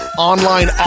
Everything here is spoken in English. online